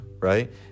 right